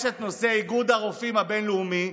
יש את נושא איגוד הרופאים הבין-לאומי,